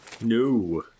No